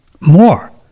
more